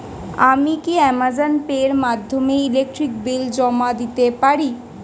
আমি কি Amazon Pay এর মাধ্যমে ইলেকট্রিক বিল জমা দিতে পারি?